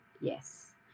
Yes